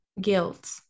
guilt